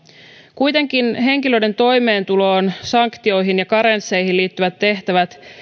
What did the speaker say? kuitenkaan henkilöiden toimeentuloon sanktioihin ja karensseihin liittyvät tehtävät